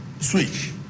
switch